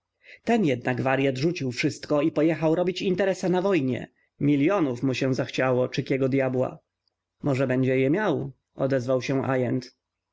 ten jednak waryat rzucił wszystko i pojechał robić interesa na wojnie milionów mu się zachciało czy kiego dyabła może je będzie miał odezwał się